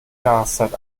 jahreszeit